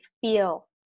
feel